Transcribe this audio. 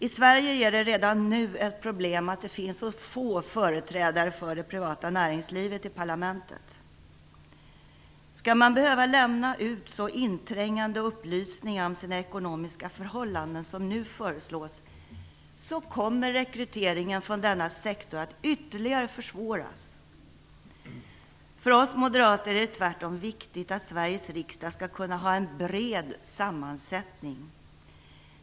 I Sverige är det redan nu ett problem att det finns så få företrädare för det privata näringslivet i parlamentet. Skall man behöva lämna ut så inträngande upplysningar om sina ekonomiska förhållanden som nu föreslås, kommer rekryteringen från denna sektor att ytterligare försvåras. För oss moderater är det tvärtom viktigt att Sveriges riksdag skall kunna ha en bred sammansättning.